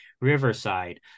Riverside